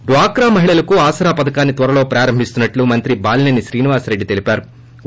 డ్వాక్రా మహిళలకు ఆసరా పథకాన్ని త్వరలో ప్రారంభిస్తున్న ట్లు మంత్రి బాలిసేని శ్రీనివాసరెడ్డి తెలిపారు